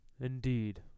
Indeed